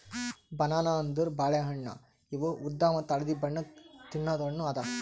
banana ಅಂದುರ್ ಬಾಳೆ ಹಣ್ಣ ಇವು ಉದ್ದ ಮತ್ತ ಹಳದಿ ಬಣ್ಣದ್ ತಿನ್ನದು ಹಣ್ಣು ಅದಾ